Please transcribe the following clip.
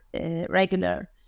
regular